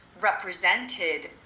represented